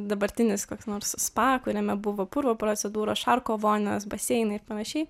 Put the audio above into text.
dabartinis koks nors spa kuriame buvo purvo procedūros šarko vonios baseinai ir panašiai